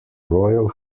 royal